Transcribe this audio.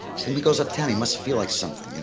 she goes uptown he must feel like something, you know,